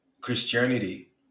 Christianity